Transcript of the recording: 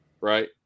Right